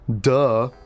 Duh